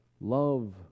love